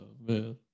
man